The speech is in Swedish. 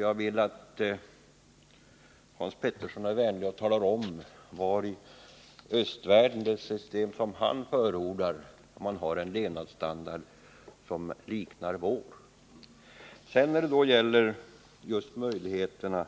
Jag vill att Hans Petersson är vänlig och talar om var i östvärlden man, med det system som han förordar, har en levnadsstandard som liknar vår. När det sedan gäller möjligheterna